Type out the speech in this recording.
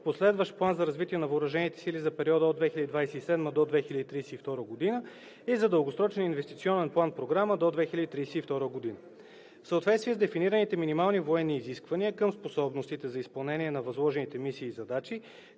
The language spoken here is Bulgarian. последващ План за развитие на въоръжените сили за периода от 2027 г. до 2032 г. и за дългосрочен „Инвестиционен план-програма до 2032 г.“ В съответствие с дефинираните минимални военни изисквания към способностите за изпълнение на възложените мисии и задачи